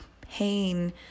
Pain